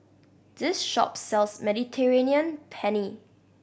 this shop sells Mediterranean Penne